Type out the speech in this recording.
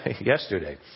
yesterday